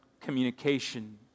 communication